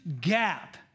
gap